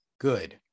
good